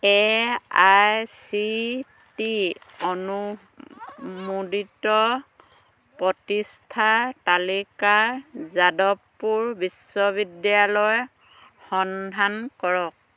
A I C T অনুমোদিত প্ৰতিষ্ঠাৰ তালিকাত যাদৱপুৰ বিশ্ববিদ্যালয়ৰ সন্ধান কৰক